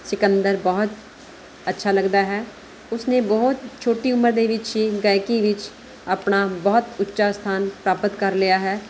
ਸਿਕੰਦਰ ਬਹੁਤ ਅੱਛਾ ਲੱਗਦਾ ਹੈ ਉਸਨੇ ਬਹੁਤ ਛੋਟੀ ਉਮਰ ਦੇ ਵਿੱਚ ਹੀ ਗਾਇਕੀ ਵਿੱਚ ਆਪਣਾ ਬਹੁਤ ਉੱਚਾ ਸਥਾਨ ਪ੍ਰਾਪਤ ਕਰ ਲਿਆ ਹੈ